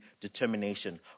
determination